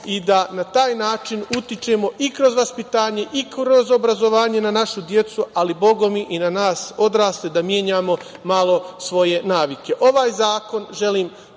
i da na taj način utičemo i kroz vaspitanje i kroz obrazovanje na našu decu, ali, bogami, i na nas odrasle da menjamo malo svoje navike. Ovaj zakon, želim